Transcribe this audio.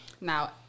Now